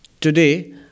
Today